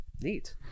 Neat